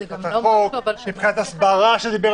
גם מבחינת החוק וגם מבחינת ההסברה, ברגע שיבינו